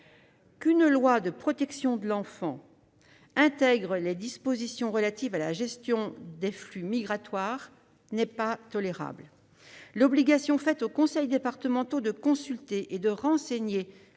Qu'une loi de protection des enfants intègre des dispositions relatives à la gestion des flux migratoires n'est pas tolérable ! L'obligation faite aux conseils départementaux de consulter et de renseigner